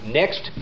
next